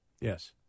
Yes